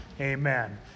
Amen